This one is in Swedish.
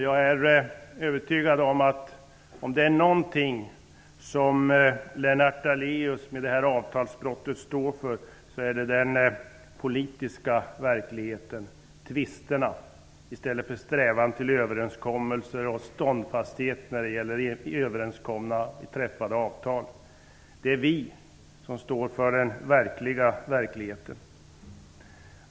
Jag är övertygad om att Lennart Daléus står för den politiska verkligheten -- tvister i stället för strävan efter överenskommelser och ståndaktighet när det gäller träffade avtal. Det är vi som står för den verkliga verkligheten.